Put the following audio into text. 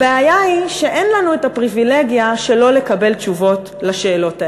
הבעיה היא שאין לנו הפריבילגיה שלא לקבל תשובות על השאלות האלה.